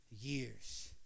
years